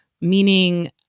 meaning